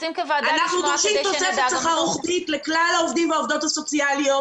אנחנו דורשים תוספת שכר רוחבית לכלל העובדים והעובדות הסוציאליות